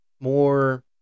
More